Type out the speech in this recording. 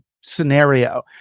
scenario